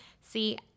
See